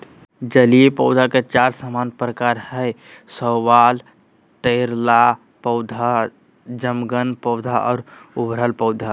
जलीय पौधे के चार सामान्य प्रकार हइ शैवाल, तैरता पौधा, जलमग्न पौधा और उभरल पौधा